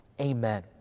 Amen